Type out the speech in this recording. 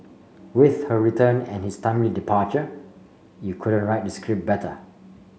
with her return and his timely departure you couldn't write the script better